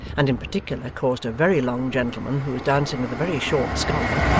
and in particular caused a very long gentleman who was dancing with a very short scholar,